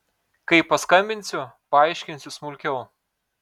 kai paskambinsiu paaiškinsiu smulkiau